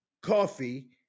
Coffee